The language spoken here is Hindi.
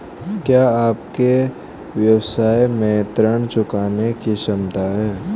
क्या आपके व्यवसाय में ऋण चुकाने की क्षमता है?